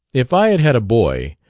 if i had had a boy,